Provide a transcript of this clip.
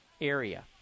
area